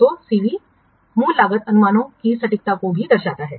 तो CV मूल लागत अनुमानों की सटीकता को भी दर्शाता है